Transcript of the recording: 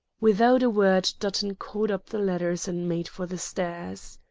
without a word dutton caught up the letters and made for the stairs.